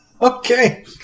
Okay